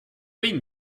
been